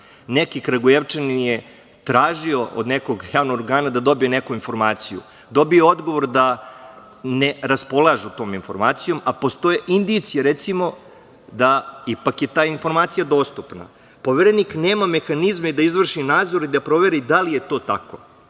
Neki Kragujevčanin je tražio od nekog javnog organa da dobije neku informaciju. Dobio je odgovor da ne raspolažu tom informacijom, a postoje indicije, recimo, da ipak je ta informacija dostupna. Poverenik nema mehanizme da izvrši nadzor i da proveri da li je to